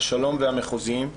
השלום והמחוזיים,